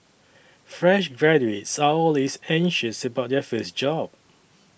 fresh graduates are always anxious about their first job